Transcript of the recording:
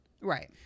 Right